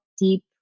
deep